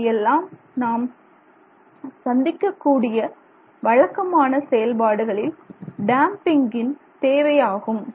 இவையெல்லாம் நாம் சந்திக்கக் கூடிய வழக்கமான செயல்பாடுகளில் டேம்பிங்கின் தேவை ஆகும்